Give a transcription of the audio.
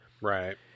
Right